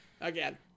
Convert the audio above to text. Again